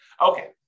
Okay